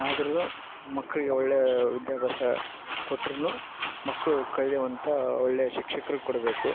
ಆದ್ರು ಮಕ್ಕಳಿಗೆ ಒಳ್ಳೇ ವಿದ್ಯಾಭ್ಯಾಸ ಕೊಟ್ರು ಮಕ್ಕಳು ಕಲಿಯವಂಥ ಒಳ್ಳೇ ಶಿಕ್ಷಕ್ರು ಕೊಡಬೇಕು